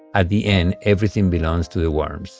at the end, everything belongs to the worms